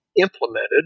implemented